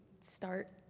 start